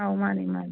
ꯑꯧ ꯃꯥꯅꯤ ꯃꯥꯅꯤ